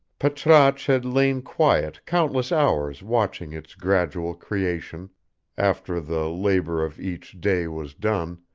patrasche had lain quiet countless hours watching its gradual creation after the labor of each day was done,